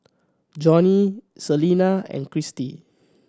Johney Celina and Cristi